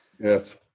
Yes